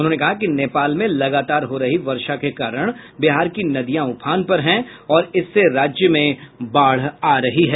उन्होंने कहा कि नेपाल में लगातार हो रही वर्षा के कारण बिहार की नदियां ऊफान पर हैं और इससे राज्य में बाढ़ आ रही है